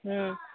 ꯎꯝ